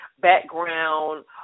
background